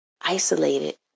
isolated